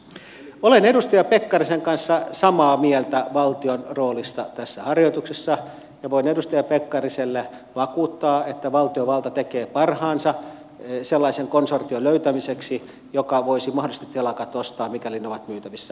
olen edustaja pekkarisen kanssa samaa mieltä valtion roolista tässä harjoituksessa ja voin edustaja pekkariselle vakuuttaa että valtiovalta tekee parhaansa sellaisen konsortion löytämiseksi joka voisi mahdollisesti telakat ostaa mikäli ne ovat myytävissä